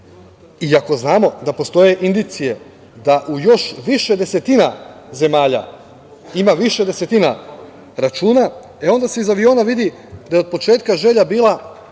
iako znamo da postoje indicije da u još više desetina zemalja ima više desetina računa, e onda se iz aviona vidi da je od početka želja bila